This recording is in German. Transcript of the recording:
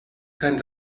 kein